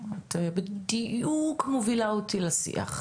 את בדיוק מובילה אותי לשיח,